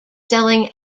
selling